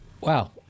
Wow